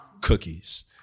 cookies